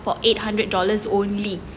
for eight hundred dollars only